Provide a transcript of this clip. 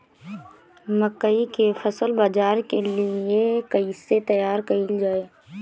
मकई के फसल बाजार के लिए कइसे तैयार कईले जाए?